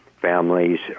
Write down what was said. families